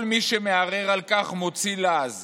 כל מי שמערער על כך מוציא לעז